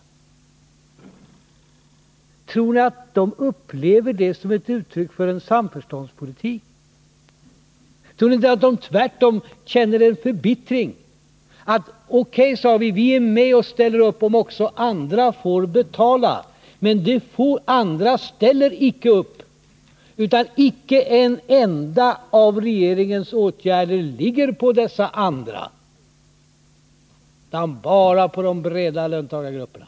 Tror ni att de upplever det som uttryck för en samförståndspolitik? Tror ni inte att de tvärtom känner förbittring? O.K., sade de, vi är med och ställer upp om också andra får betala. Men dessa få andra ställer icke upp —- icke en enda av regeringens åtgärder ligger på dessa andra, utan bara på de breda löntagargrupperna!